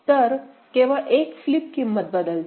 तर केवळ 1 फ्लिप किंमत बदलते